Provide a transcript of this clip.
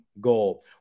goal